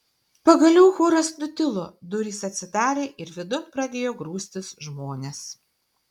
pagaliau choras nutilo durys atsidarė ir vidun pradėjo grūstis žmonės